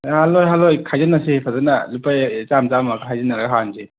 ꯍꯥꯟꯂꯣꯏ ꯍꯥꯟꯂꯣꯏ ꯈꯥꯏꯖꯤꯟꯅꯁꯤ ꯐꯖꯅ ꯂꯨꯄꯥ ꯆꯥꯝ ꯆꯥꯝꯃ ꯈꯥꯏꯖꯤꯟꯅꯔꯒ ꯍꯥꯟꯁꯤ